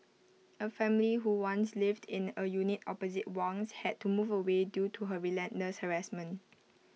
A family who once lived in A unit opposite Wang's had to move away due to her relentless harassment